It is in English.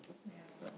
ya